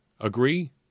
Agree